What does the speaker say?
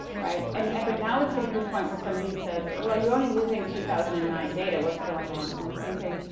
right, and and but now it's getting to a point where somebody says, well, you're only using two thousand and nine data, what's going on? and i'm thinking,